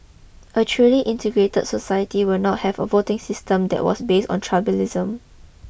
a truly integrated society would not have a voting system that was based on tribalism